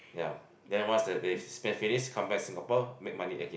ya then once they they spend finish come back Singapore make money again